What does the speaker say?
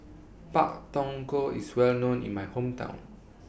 Pak Thong Ko IS Well known in My Hometown